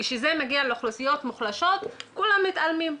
כשזה מגיע לאוכלוסיות מוחלשות כולם מתעלמים.